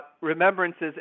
remembrances